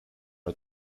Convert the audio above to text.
are